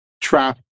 trap